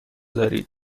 دارید